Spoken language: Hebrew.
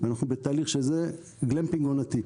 אנחנו בתהליך שזה גלמפינג עונתי.